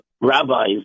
rabbis